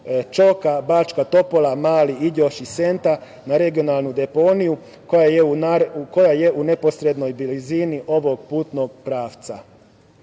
Čoka, Bačka Topola, Mali Iđoš i Senta na regionalnu deponiju koja je u neposrednoj blizini ovog putnog pravca. Kada